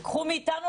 קחו מאתנו,